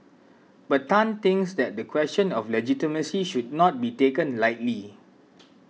but Tan thinks that the question of legitimacy should not be taken lightly